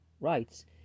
rights